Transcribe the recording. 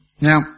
Now